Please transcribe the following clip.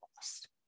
lost